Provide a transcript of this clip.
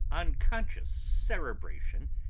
unconscious cerebration!